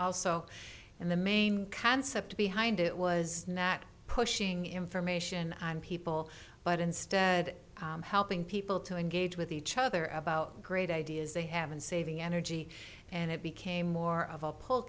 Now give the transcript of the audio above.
also in the main concept behind it was not pushing information on people but instead helping people to engage with each other about great ideas they have been saving energy and it became more of a p